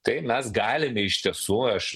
tai mes galime iš tiesų aš